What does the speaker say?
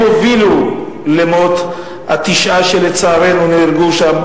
הם הובילו למות התשעה שלצערנו נהרגו שם,